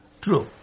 true